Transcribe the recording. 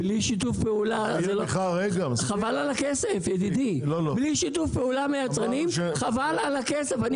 בלי שיתוף פעולה מהיצרנים, חבל על הכסף ידידי.